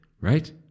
right